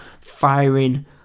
firing